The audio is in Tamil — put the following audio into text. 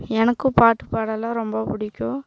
எனக்கும் பாட்டு பாடலாம் ரொம்ப பிடிக்கும்